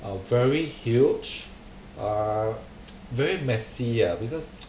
oh very huge uh very messy ah because